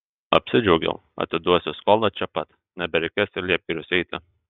apsidžiaugiau atiduosiu skolą čia pat nebereikės į liepgirius eiti